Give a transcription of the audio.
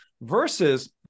Versus